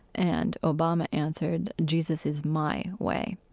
and obama answered, jesus is my way,